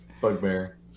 Bugbear